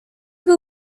był